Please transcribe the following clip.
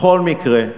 בכל מקרה,